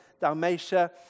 Dalmatia